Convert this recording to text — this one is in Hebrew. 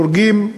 הורגים,